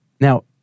Now